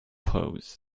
pose